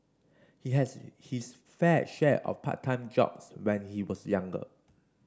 he had his fair share of part time jobs when he was younger